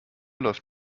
läuft